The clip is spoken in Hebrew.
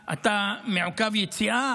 אתה מעוכב יציאה,